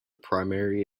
primary